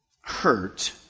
hurt